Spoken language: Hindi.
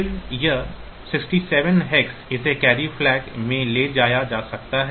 फिर यह 67 हेक्स इसे कैरी फ्लैग में ले जाया जा सकता है